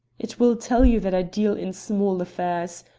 it will tell you that i deal in small affairs.